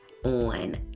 on